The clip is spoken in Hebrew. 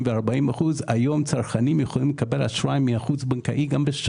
היום הוא הולך להלוואות חוץ בנקאיות והם נותנים לו,